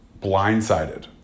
blindsided